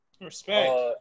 respect